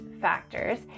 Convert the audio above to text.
factors